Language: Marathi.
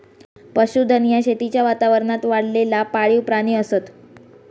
पशुधन ह्या शेतीच्या वातावरणात वाढलेला पाळीव प्राणी असत